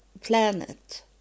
planet